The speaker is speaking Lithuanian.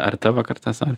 ar tavo karta sako